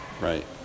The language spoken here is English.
Right